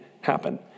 happen